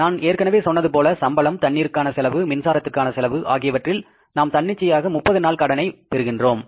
நான் ஏற்கனவே சொன்னது போல சம்பளம் தண்ணீருக்கான செலவு மின்சாரத்திற்கான செலவு ஆகியவற்றில் நாம் தன்னிச்சையாக 30 நாட்கள் கடனை பெறுகின்றோம்